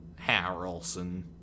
Harrelson